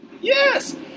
Yes